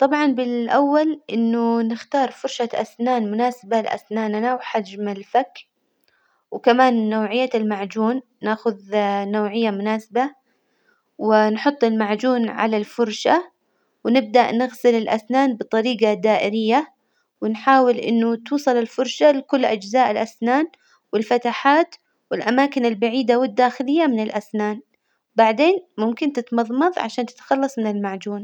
طبعا بالأول إنه نختار فرشة أسنان مناسبة لأسناننا وحجم الفك، وكمان نوعية المعجون، نأخذ نوعية مناسبة ونحط المعجون على الفرشة ونبدأ نغسل الأسنان بطريجة دائرية، ونحاول إنه توصل الفرشة لكل أجزاء الأسنان والفتحات والأماكن البعيدة والداخلية من الأسنان، بعدين ممكن تتمظمظ عشان تتخلص من المعجون.